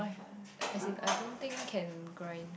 as in I don't think can grind